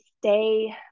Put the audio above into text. stay